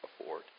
afford